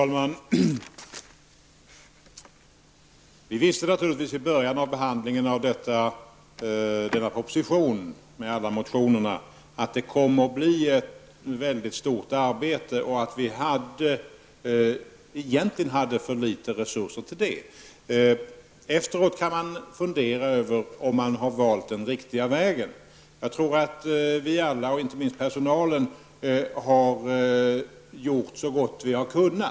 Herr talman! Vi visste naturligtvis i början av behandlingen av denna proposition, och alla motioner, att det skulle bli ett mycket stort arbete och att vi egentligen hade för litet resurser till det. Efteråt kan man fundera över om man har valt den riktiga vägen. Jag tror att vi alla, och inte minst personalen, har gjort så gott vi har kunnat.